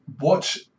watch